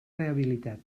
rehabilitat